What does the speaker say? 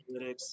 analytics